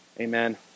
Amen